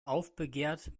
aufbegehrt